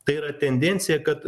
tai yra tendencija kad